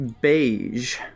beige